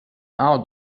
أعد